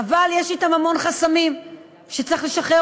אבל יש אתן המון חסמים שצריך לשחרר,